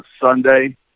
Sunday